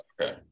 okay